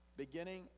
beginning